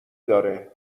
داره